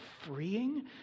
freeing